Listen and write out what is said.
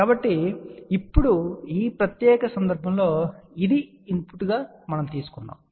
కాబట్టి ఇప్పుడు ఈ ప్రత్యేక సందర్భంలో ఇది ఇన్పుట్ గా మనము తీసుకుంటాము